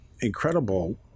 incredible